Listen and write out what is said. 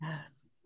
Yes